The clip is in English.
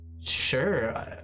sure